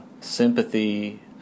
sympathy